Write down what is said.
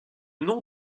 nom